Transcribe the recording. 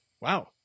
wow